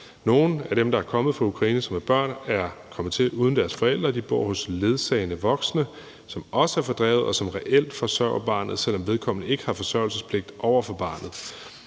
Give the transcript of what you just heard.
Nogle af dem, der er kommet fra Ukraine, og som er børn, er kommet hertil uden deres forældre og bor hos ledsagende voksne, som også er fordrevet og reelt forsørger barnet, selv om vedkommende ikke har forsørgelsespligt over for barnet.